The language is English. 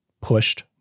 pushed